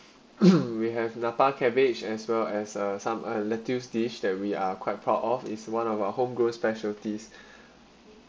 we have napa cabbage as well as uh some uh lettuce dish that we are quite proud of is one of our homegrown specialties